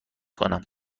کنم